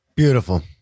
Beautiful